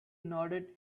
nodded